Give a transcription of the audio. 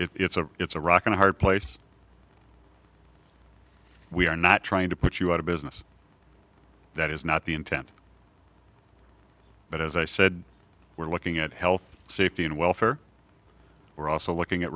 it's a it's a rock and a hard place we are not trying to put you out of business that is not the intent but as i said we're looking at health safety and welfare we're also looking at